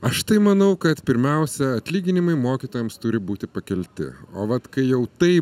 aš tai manau kad pirmiausia atlyginimai mokytojams turi būti pakelti o vat kai jau tai